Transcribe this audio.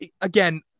again